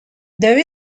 there